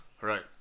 Right